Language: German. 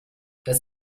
das